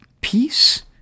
peace